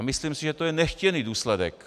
Myslím si, že to je nechtěný důsledek.